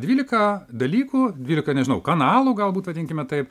dvylika dalykų dvylika nežinau kanalų galbūt vadinkime taip